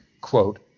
quote